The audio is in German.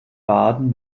baden